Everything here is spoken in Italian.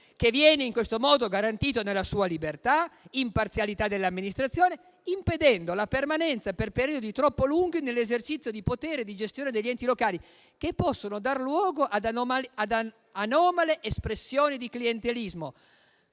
che viene in questo modo garantito nella sua libertà, sull'imparzialità dell'amministrazione, impedendo la permanenza per periodi troppo lunghi nell'esercizio di potere e di gestione degli enti locali che possono dar luogo ad anomale espressioni di clientelismo.